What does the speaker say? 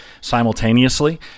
simultaneously